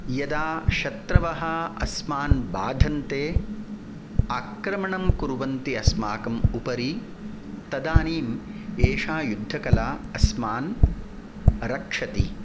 यदा शत्रवः अस्मान् बाधन्ते आक्रमणं कुर्वन्ति अस्माकम् उपरि तदानीम् एषा युद्धकला अस्मान् रक्षति